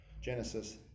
Genesis